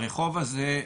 הרחוב הזה,